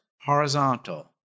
horizontal